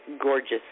gorgeous